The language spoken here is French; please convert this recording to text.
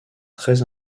très